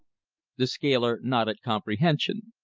the scaler nodded comprehension.